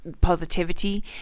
positivity